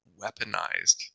weaponized